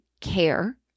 care